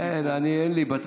אין לי בתקנון,